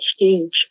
exchange